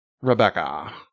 Rebecca